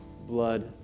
blood